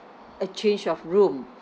a change of room